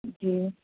جی